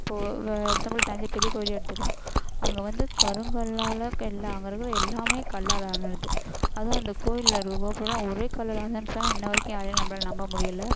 இப்போது வேறு எக்ஸாம்பிளுக்கு தஞ்சை பெரியக் கோயிலேயே எடுத்துக்கலாம் அங்கே வந்து கருங்கல்லால் எல்லாம் அங்கே இருக்கிற எல்லாமே கல்லால் ஆனது அதுவும் அந்த கோயிலில் இருக்க கோபுரம் ஒரே கல்லில் ஆனதுன்னு சொன்னால் இன்னி வரைக்கும் யாராலேயும் நம்மளால நம்ப முடியலை